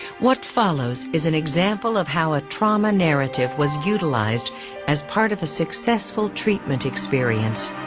what follows is an example of how a trauma narrative was utilized as part of a successful treatment experience.